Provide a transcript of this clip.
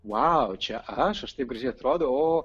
vau čia aš aš taip gražiai atrodau o